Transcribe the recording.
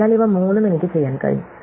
അതിനാൽ ഇവ മൂന്നും എനിക്ക് ചെയ്യാൻ കഴിയും